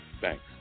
Thanks